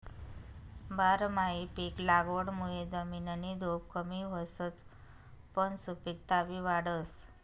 बारमाही पिक लागवडमुये जमिननी धुप कमी व्हसच पन सुपिकता बी वाढस